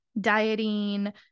dieting